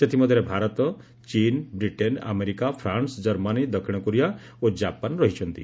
ସେଥିମଧ୍ୟରେ ଭାରତ ଚୀନ୍ Britain America France Germany ଦକ୍ଷିଣ କୋରିଆ ଓ କାପାନ ରହିଛନ୍ତି